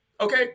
okay